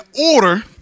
order